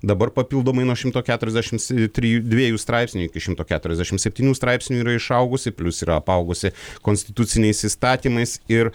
dabar papildomai nuo šimto keturiasdešims trijų dviejų straipsnių iki šimto keturiasdešim septynių straipsnių yra išaugusi plius yra apaugusi konstituciniais įstatymais ir